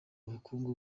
ubukungu